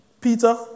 Peter